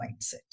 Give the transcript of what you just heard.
mindset